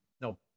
no